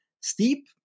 steep